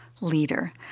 Leader